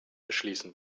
erschließen